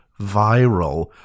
viral